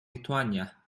lithuania